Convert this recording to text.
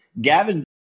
Gavin